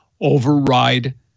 override